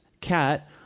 cat